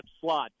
slot